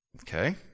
Okay